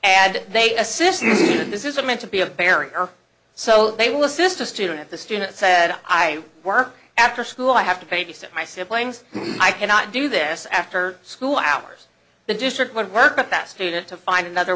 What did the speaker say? and they assist and this is a meant to be a barrier so they will assist a student if the student said i work after school i have to pay he said my siblings i cannot do this after school hours the district would work with that student to find another